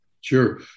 Sure